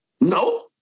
no